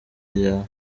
ryawe